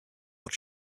what